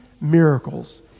miracles